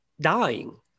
dying